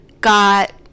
got